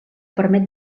permet